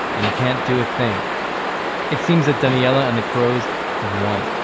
and he can't do a thing it seems that daniella and the crows have won